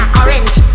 orange